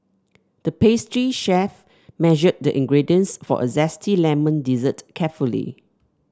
the pastry chef measured the ingredients for a zesty lemon dessert carefully